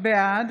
בעד